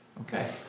Okay